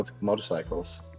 motorcycles